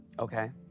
okay.